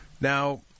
Now-